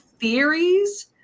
theories